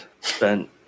spent